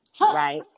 right